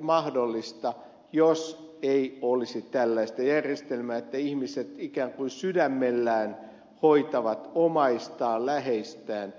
mahdollista jos ei olisi tällaista järjestelmää että ihmiset ikään kuin sydämellään hoitavat omaistaan läheistään